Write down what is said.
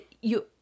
you-